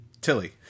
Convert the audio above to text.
Tilly